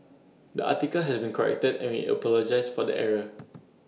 the article has been corrected and we apologise for the error